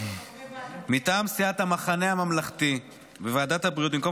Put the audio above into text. --- מטעם סיעת המחנה הממלכתי בוועדת הבריאות במקום